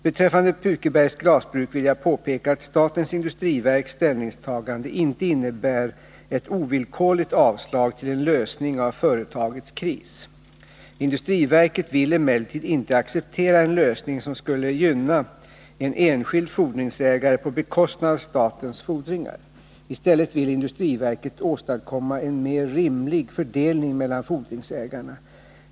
Beträffande Pukebergs Glasbruk vill jag påpeka att statens industriverks ställningstagande inte innebär ett ovillkorligt avslag till en lösning av företagets kris. Industriverket vill emellertid inte acceptera en lösning som skulle gynna en enskild fordringsägare på bekostnad av statens fordringar. I stället vill industriverket åstadkomma en mer rimlig fördelning mellan fordringsägarna.